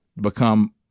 become